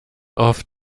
oft